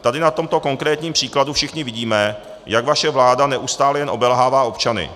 Tady na tomto konkrétním příkladu všichni vidíme, jak vaše vláda neustále jen obelhává občany.